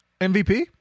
mvp